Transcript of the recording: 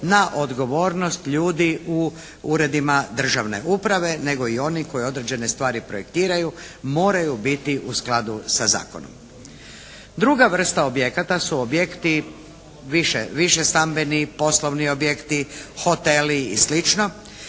na odgovornost ljudi u uredima državne uprave nego i onih koji određene stvari projektiraju moraju biti u skladu sa zakonom. Druga vrsta objekata su objekti, višestambeni, poslovni objekti, hoteli i